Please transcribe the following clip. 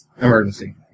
emergency